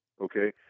okay